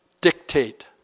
dictate